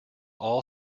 all